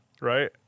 right